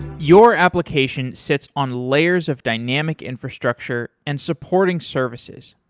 your application sits on layers of dynamic infrastructure and supporting services.